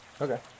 Okay